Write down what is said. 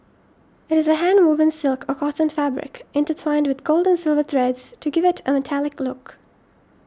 it is a handwoven silk or cotton fabric intertwined with gold and silver threads to give it a metallic look